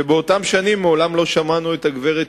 ובאותן שנים מעולם לא שמענו את הגברת